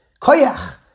Koyach